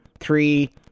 three